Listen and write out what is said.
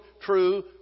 true